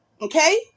Okay